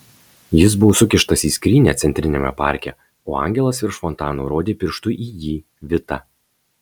jis buvo sukištas į skrynią centriniame parke o angelas virš fontano rodė pirštu į jį vitą